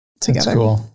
together